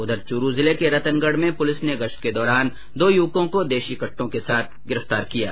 उधर चूरू जिले के रतनगढ में पुलिस ने गश्त के दौरान दो युवको को देशी कट्टों के साथ गिरफ्तार किया है